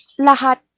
lahat